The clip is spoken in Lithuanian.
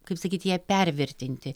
kaip sakyt ją pervertinti